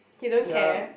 you don't care